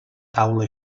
taula